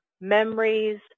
memories